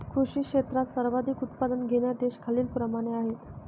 कृषी क्षेत्रात सर्वाधिक उत्पादन घेणारे देश खालीलप्रमाणे आहेत